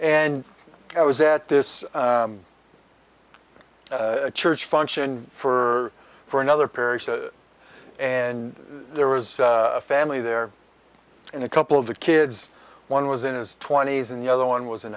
and i was at this church function for for another parish and there was a family there and a couple of the kids one was in his twenty's and the other one was in